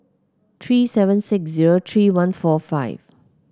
three seven six zero three one four five